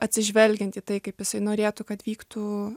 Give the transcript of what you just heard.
atsižvelgiant į tai kaip jisai norėtų kad vyktų